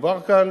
מדובר כאן